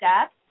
step